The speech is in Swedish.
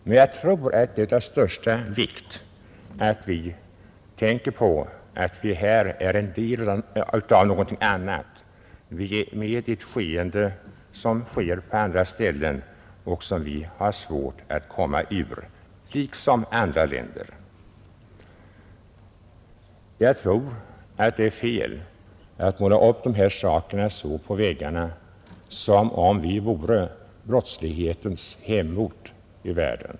Men jag tror det är av största vikt att vi kommer ihåg att vi är knutna till ett skeende, som har motsvarigheter i andra länder. Jag anser att det är fel att måla ut förhållandena så som om vi vore brottslighetens hemort i världen.